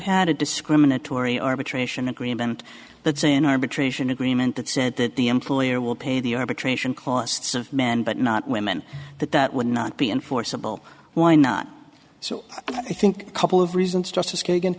had a discriminatory arbitration agreement that say an arbitration agreement that said that the employer will pay the arbitration clause that's of men but not women that that would not be enforceable why not so i think a couple of reasons justice